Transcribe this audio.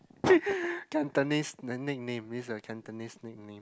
Cantonese nickname means a Cantonese nickname